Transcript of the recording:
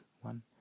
One